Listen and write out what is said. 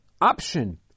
option